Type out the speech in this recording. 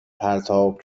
پرتاب